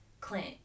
Clint